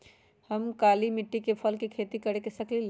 का हम काली मिट्टी पर फल के खेती कर सकिले?